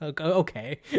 Okay